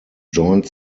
joint